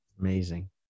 Amazing